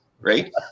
Right